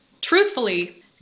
truthfully